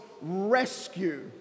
rescue